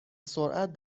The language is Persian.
سرعت